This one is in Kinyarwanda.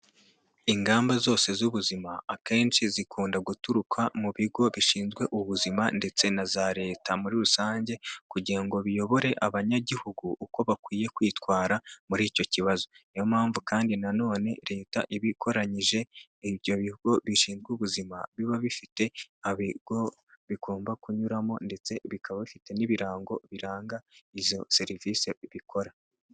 Ingamba zose z'ubuzima akenshi zikunda guturuka mu bigo bishinzwe ubuzima ndetse na leta muri rusange kugira ngo biyobore abanyagihugu uko bakwiye kwitwara muri icyo kibazo niyo mpamvu kandi na nonene leta ibikoranyije ibyo bigo bishinzwe ubuzima biba bifite uko bigomba kunyuramo ndetse bikaba bifite n'ibirango biranga izo serivisi bikora.